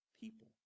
people